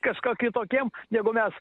kažko kitokiem negu mes